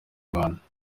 rwanda